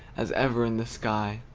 as ever in the sky.